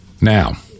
Now